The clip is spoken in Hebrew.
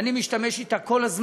שאני משתמש בה כל הזמן,